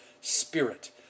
spirit